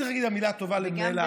צריך להגיד גם מילה טובה למנהל האגף.